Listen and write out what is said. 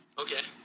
Okay